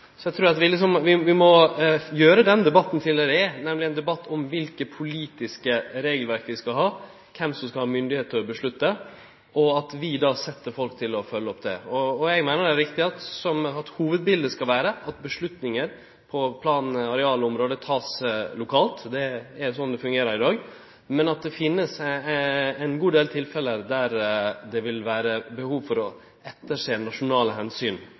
Eg trur at vi må gjere den debatten til det han er, nemleg ein debatt om kva for politiske regelverk vi skal ha, kven som skal ha myndigheit til å gjere vedtak, og at vi set folk til å følgje opp det. Eg meiner det er riktig at hovudbiletet skal vere at vedtak på plan- og arealområdet vert gjorde lokalt – det er slik det fungerer i dag – men at det finst ein god del tilfelle der det vil vere behov for å ettersjå nasjonale